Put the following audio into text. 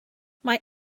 mae